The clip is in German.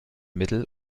mittel